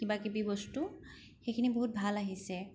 কিবা কিবি বস্তু সেইখিনি বহুত ভাল আহিছে